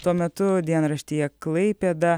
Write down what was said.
tuo metu dienraštyje klaipėda